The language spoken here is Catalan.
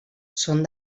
són